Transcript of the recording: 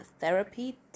therapy